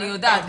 אני יודעת.